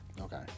Okay